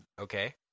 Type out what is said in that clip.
Okay